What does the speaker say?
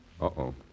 Uh-oh